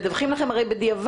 הם מדווחים לכם הרי בדיעבד,